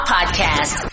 Podcast